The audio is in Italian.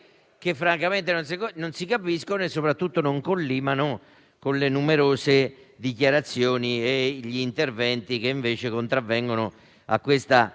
francamente non si capiscono e, soprattutto, non collimano con le numerose dichiarazioni e gli interventi che, invece, contravvengono a una